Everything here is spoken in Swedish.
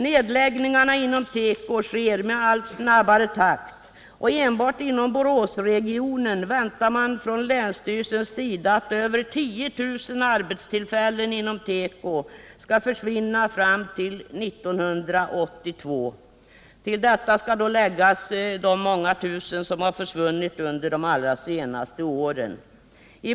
Nedläggningarna inom teko sker med allt snabbare takt, och beträffande Boråsregionen räknar man från länsstyrelsens sida med att över 10 000 arbetstillfällen inom teko skall försvinna enbartinom Nr 143 denna region. Till detta skall läggas de många tusen arbetstillfällen som har försvunnit under de allra senaste åren.